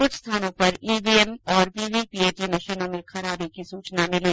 कुछ स्थानों पर ईवीएम और वीवीपीएटी मषीनों में खराबी की सूचना मिली